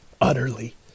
utterly